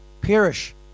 Perish